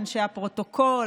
אנשי הפרוטוקול,